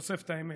חושף את האמת,